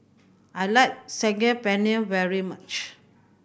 I like Saag Paneer very much